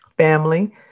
family